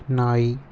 ನಾಯಿ